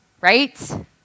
Right